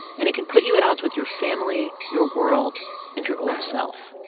and it can put you at odds with your family, your world and your old self.